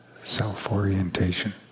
self-orientation